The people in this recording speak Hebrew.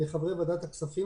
לחברי ועדת הכספים.